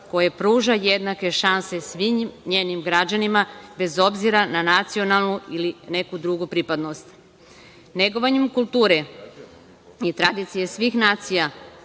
koje pruža jednake šanse svim njenim građanima, bez obzira na nacionalnu ili neku drugu pripadnost. Negovanjem kulture i tradicije svih nacija